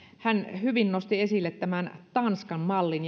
hän hyvin nosti esille tämän tanskan mallin